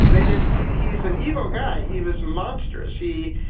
they did he. he's an evil guy. he was monsters. he.